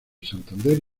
santander